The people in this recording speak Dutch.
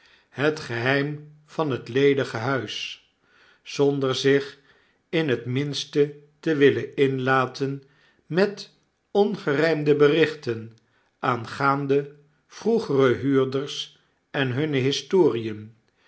het geheim van het ledige huis zonder zich in t tminste te willen inlaten met ongerymde berichten aangaande vroegere huurders en hunne historien